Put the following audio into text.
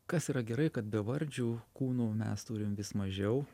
kas yra gerai kad bevardžių kūnų mes turim vis mažiau